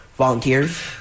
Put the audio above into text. volunteers